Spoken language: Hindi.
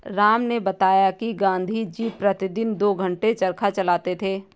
राम ने बताया कि गांधी जी प्रतिदिन दो घंटे चरखा चलाते थे